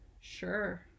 Sure